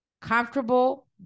comfortable